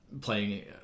playing